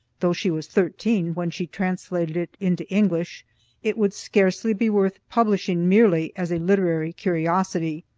though she was thirteen when she translated it into english it would scarcely be worth publishing merely as a literary curiosity.